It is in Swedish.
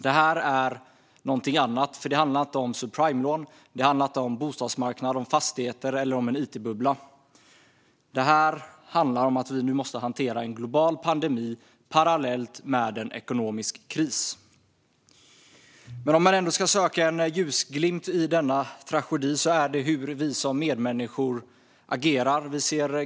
Detta handlar inte om subprimelån, bostadsmarknaden, fastigheter eller en it-bubbla. Det här är någonting annat. Det handlar om att vi nu måste hantera en global pandemi parallellt med en ekonomisk kris. Men om man ändå ska söka en ljusglimt i denna tragedi är det hur vi som medmänniskor agerar.